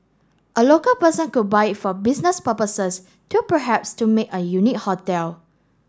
a local person could buy it for business purposes to perhaps to make a unique hotel